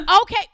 okay